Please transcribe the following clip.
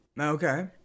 Okay